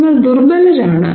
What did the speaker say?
നിങ്ങൾ ദുർബലരാണ്